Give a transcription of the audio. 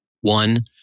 One